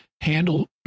handle